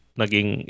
naging